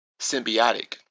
symbiotic